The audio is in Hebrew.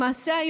למעשה,